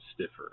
stiffer